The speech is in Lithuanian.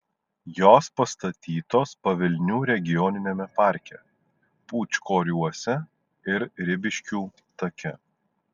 jos pastatytos pavilnių regioniniame parke pūčkoriuose ir ribiškių take